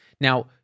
Now